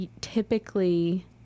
typically